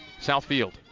Southfield